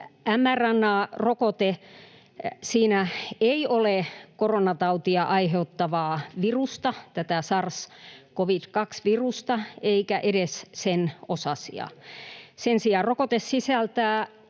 mRNA-rokotteessa ei ole koronatautia aiheuttavaa virusta, sars-covid-2-virusta, eikä edes sen osasia. Sen sijaan rokote sisältää